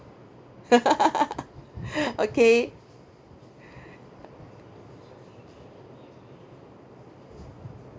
okay